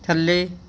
ਥੱਲੇ